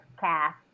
cast